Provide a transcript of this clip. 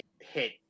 hit